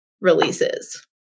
releases